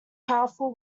powerful